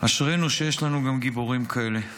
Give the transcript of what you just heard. אשרינו שיש לנו גם גיבורים כאלה.